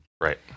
Right